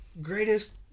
greatest